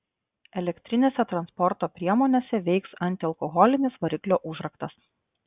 elektrinėse transporto priemonėse veiks antialkoholinis variklio užraktas